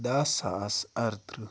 دَہ ساس اَرتٕرٛہ